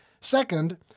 Second